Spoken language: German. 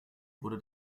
wurde